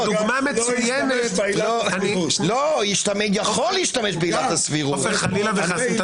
הרבה עילות להשתמש הזכות לשוויון.